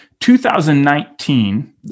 2019